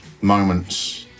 moments